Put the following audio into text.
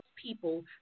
people